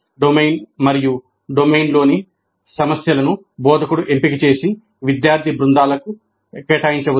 domain మరియు డొమైన్లోని సమస్యలను బోధకుడు ఎంపిక చేసి విద్యార్థి బృందాలకు కేటాయించారు